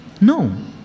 No